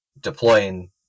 deploying